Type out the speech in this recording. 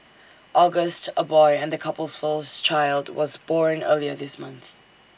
August A boy and the couple's first child was born earlier this month